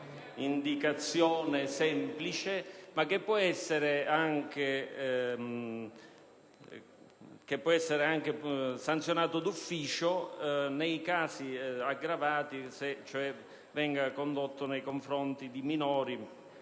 persona offesa, ma che può essere anche sanzionato d'ufficio nei casi aggravati, cioè se viene condotto nei confronti di minori